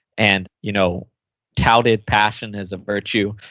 and you know tauted passion as a virtue.